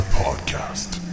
podcast